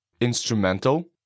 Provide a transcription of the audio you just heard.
instrumental